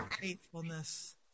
faithfulness